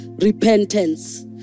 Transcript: Repentance